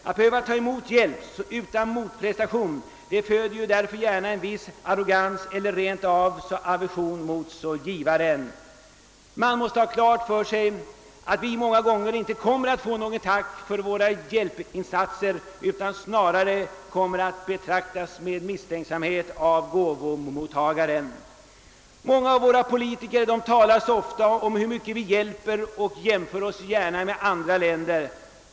Att behöva ta emot hjälp utan motprestation föder därför gärna en viss arrogans eller rent av aversion mot givaren. Man måste ha klart för sig att vi många gånger inte kommer att få något tack för våra hjälpinsatser, utan vi kommer snarare att betraktas med misstänksamhet av gåvomottagaren. Många av våra politiker talar ofta om hur mycket vi hjälper och jämför oss med andra folk.